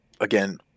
again